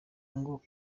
ngo